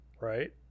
right